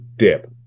Dip